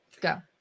go